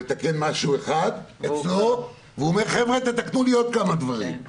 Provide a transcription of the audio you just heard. לתקן משהו אחד והוא מבקש לתקן עוד דברים.